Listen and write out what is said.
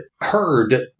heard